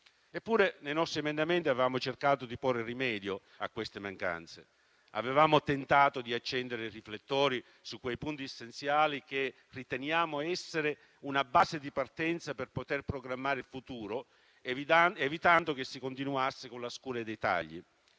Eppure, nei nostri emendamenti avevamo cercato di porre rimedio a queste mancanze. Avevamo tentato di accendere i riflettori sui punti essenziali che riteniamo una base di partenza per programmare il futuro, evitando che si continuasse con la scure dei tagli,